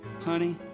honey